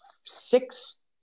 six